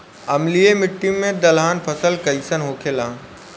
अम्लीय मिट्टी मे दलहन फसल कइसन होखेला?